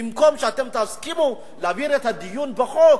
במקום שאתם תסכימו להעביר את הדיון בחוק